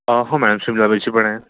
हो मॅडम शिमला मिरची पण आहे